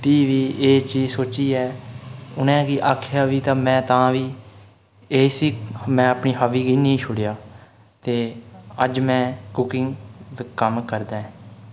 फ्ही बी एह् चीज़ सोचियै उ'नें गी आखेआ बी ते एसी में तां बी में अपनी हॉबी गी नेईं छुड़ेआ ते अज्ज में कुकिंग कम्म करदा ऐ